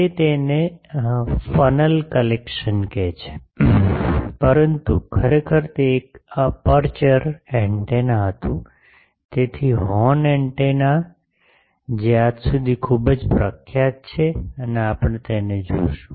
તે તેને funnel collection કહે છે પરંતુ ખરેખર તે એક અપેરચ્યોર એન્ટેના હતું તેથી હોર્ન એન્ટેના જે આજ સુધી ખૂબ જ પ્રખ્યાત છે અને આપણે તેને જોશું